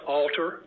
alter